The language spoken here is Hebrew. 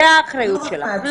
זו האחריות שלך.